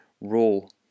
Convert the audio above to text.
rule